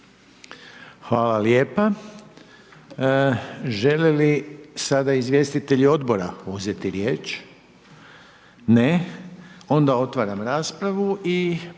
Željko (HDZ)** Žele li sada izvjestitelji odbora uzeti riječ? Ne. Onda otvaram raspravu i